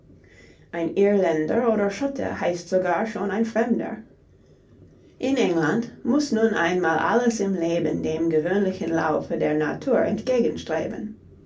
ein irländer oder schotte heißt sogar schon ein fremder in england muß nun einmal alles im leben dem gewöhnlichen laufe der natur entgegenstreben